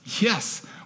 Yes